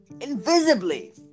Invisibly